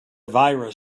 virus